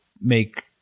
make